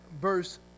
verse